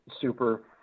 super